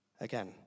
Again